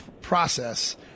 process